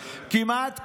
כמעט כולם,